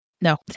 No